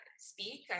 speak